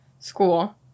school